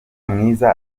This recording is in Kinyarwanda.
mwiza